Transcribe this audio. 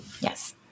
yes